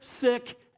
sick